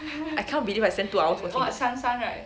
I can't believe I spend two hours on it